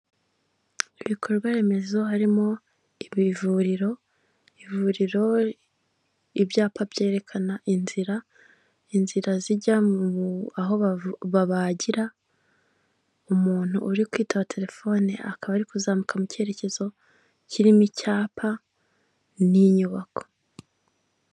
Uyu ni umuhanda wo mu bwoko bwa kaburimbo usize amabara y'umukara n'imirongo y'umweru aranyuramo ibinyabiziga bitandukanye nk'imodoka na moto, hirya gato hari ibiti birebire bitanga umuyaga n'amahumbezi.